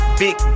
big